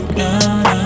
now